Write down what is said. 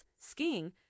skiing